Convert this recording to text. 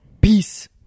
Peace